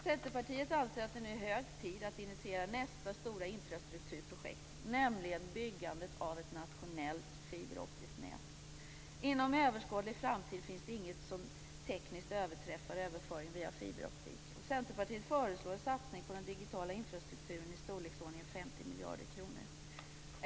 Centerpartiet anser att det nu är hög tid att initiera nästa stora infrastrukturprojekt, nämligen byggandet av ett nationellt fiberoptiskt nät. Inom överskådlig framtid finns det inget som tekniskt överträffar överföring via fiberoptik. Centerpartiet föreslår en satsning på den digitala infrastrukturen i storleksordningen 50 miljarder kronor.